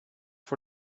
for